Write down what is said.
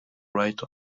ride